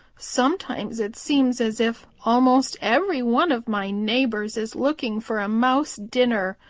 sometimes it seems as if almost every one of my neighbors is looking for a mouse dinner.